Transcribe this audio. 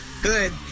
Good